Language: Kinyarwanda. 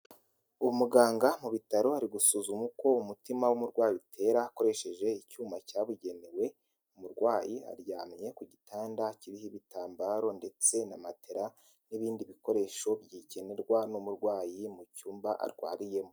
Umuganga mu bitaro ari gusuzuma uko umutima w'umurwayi utera akoresheje icyuma cyabugenewe, umurwayi aryamye ku gitanda kiriho ibitambaro ndetse na matera n'ibindi bikoresho bikenerwa n'umurwayi mu cyumba arwariyemo.